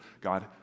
God